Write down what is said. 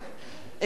אינו נוכח